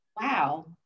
wow